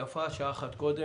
יפה שעה אחת קודם,